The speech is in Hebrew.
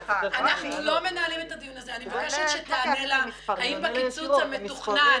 אני מבקשת שתענה לה לגבי הקיצוץ המתוכנן.